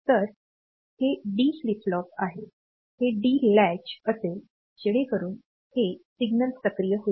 तर हे D flip flop आहे हे डी लैच असेल जेणेकरून हे सिग्नल सक्रिय होईल